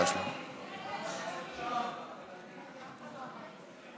אני אאפשר לחבר הכנסת חזן הודעה אישית על